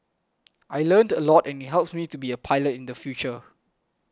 I learnt a lot and it helps me to be a pilot in the future